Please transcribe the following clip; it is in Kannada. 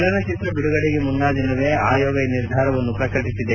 ಚಲನಚಿತ್ರ ಬಿಡುಗಡೆಗೆ ಮುನ್ನಾದಿನವೇ ಆಯೋಗ ಈ ನಿರ್ಧಾರವನ್ನು ಪ್ರಕಟಿಸಿದೆ